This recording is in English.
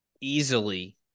easily